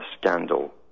scandal